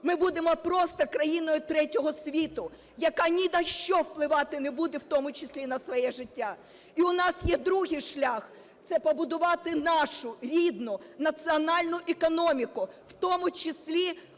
ми будемо просто країною третього світу, яка ні на що впливати не буде, в тому числі і на своє життя. І у нас є другий шлях – це побудувати нашу рідну національну економіку, в тому числі